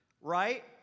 right